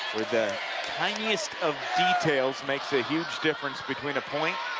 with the tiniest of details makes a huge difference between a point